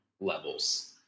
levels